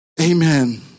Amen